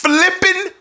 Flipping